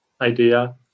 idea